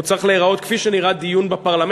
הוא צריך להיראות כפי שנראה דיון בפרלמנט.